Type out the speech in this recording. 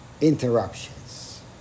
interruptions